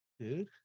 dude